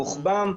רוחבן,